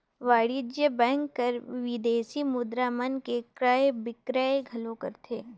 वाणिज्य बेंक हर विदेसी मुद्रा मन के क्रय बिक्रय घलो करथे